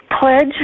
pledge